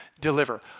deliver